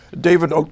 David